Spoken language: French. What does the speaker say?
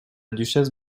duchesse